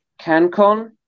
CanCon